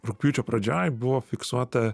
rugpjūčio pradžioj buvo fiksuota